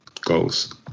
goals